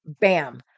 bam